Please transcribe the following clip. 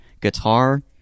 Guitar